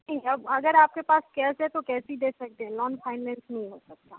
नहीं अब अगर आपके पास है कैश है तो कैश ही दे सकते हैं लोन फाइनेंस नहीं हो सकता